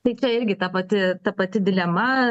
tai irgi ta pati ta pati dilema